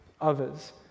others